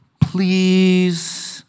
please